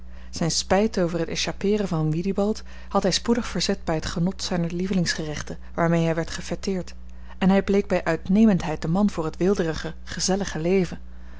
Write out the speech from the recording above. zijn spijt over het echappeeren van willibald had hij spoedig verzet bij het genot zijner lievelingsgerechten waarmee hij werd gefêteerd en hij bleek bij uitnemendheid de man voor het weelderige gezellige leven